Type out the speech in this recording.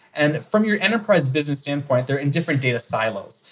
and from your enterprise business standpoint, they're in different data silos.